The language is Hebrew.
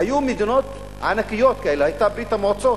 היו מדינות ענקיות כאלה, היתה ברית-המועצות,